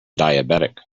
diabetic